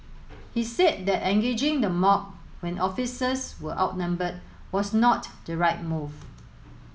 he said that engaging the mob when officers were outnumbered was not the right move